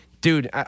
dude